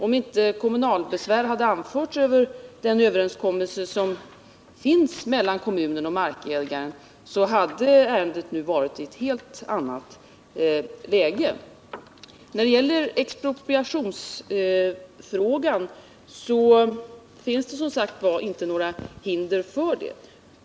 Om kommunala besvär inte hade anförts över den överenskommelse som finns mellan kommunen och markägaren, hade ärendet nu varit i ett helt annat läge. När det gäller expropriationsfrågan finns det som sagt inte några hinder för expropriation.